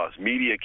Media